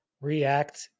React